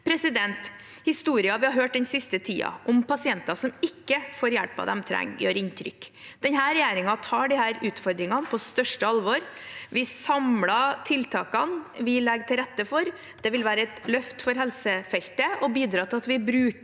eldrerådene. Historier vi har hørt den siste tiden om pasienter som ikke får hjelpen de trenger, gjør inntrykk. Denne regjeringen tar disse utfordringene på største alvor. Vi samler tiltakene vi legger til rette for. Det vil være et løft for helsefeltet og bidra til at vi bruker